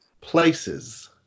places